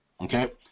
okay